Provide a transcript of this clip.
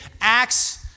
Acts